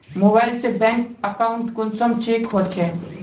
Mobile से bank account कुंसम check होचे?